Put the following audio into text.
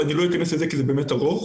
ואני לא אכנס לזה כי זה באמת ארוך.